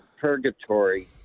purgatory